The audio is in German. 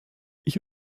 ich